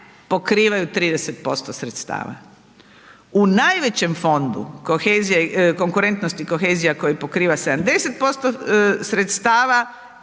pokrivaju 30% sredstava. U najvećem fondu konkurentnost i kohezija, koji pokriva 70% sredstava,